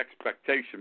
expectation